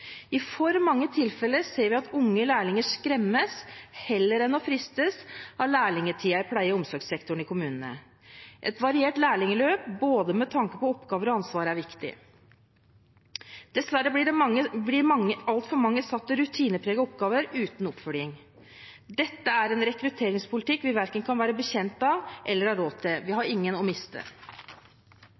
I for mange tilfeller ser vi at unge lærlinger heller skremmes enn fristes av lærlingtiden i pleie- og omsorgssektoren i kommunene. Et variert lærlingløp, med tanke på både oppgaver og ansvar, er viktig. Dessverre blir altfor mange satt til rutinepregede oppgaver uten oppfølging. Dette er en rekrutteringspolitikk vi verken kan være bekjent av eller har råd til – vi har ingen å miste.